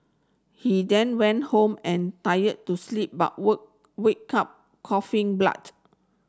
he then went home and tired to sleep but woke wake up coughing blood